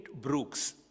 Brooks